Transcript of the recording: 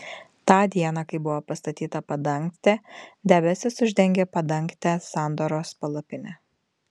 tą dieną kai buvo pastatyta padangtė debesis apdengė padangtę sandoros palapinę